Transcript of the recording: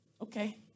okay